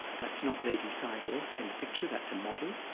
that's not ledi sayadaw in the picture. that's a model,